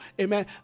amen